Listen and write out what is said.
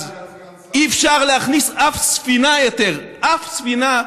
אז אי-אפשר להכניס שום ספינה יותר, שום ספינה,